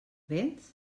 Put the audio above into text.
véns